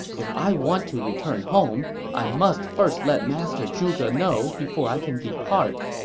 if i want to return home, i must first let master zhuge know before i can depart.